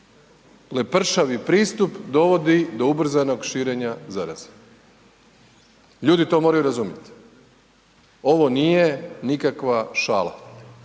Lepršavi pristup dovodi do ubrzanog širenja zaraze. Ljudi to moraju razumjeti, ovo nije nikakva šala.